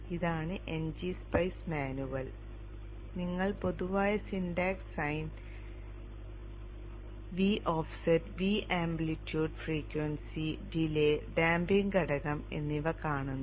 ഇതാണ് n g spice manual നിങ്ങൾ പൊതുവായ syntax sine V offset V amplitude frequency delay damping ഘടകം എന്നിവ കാണുന്നു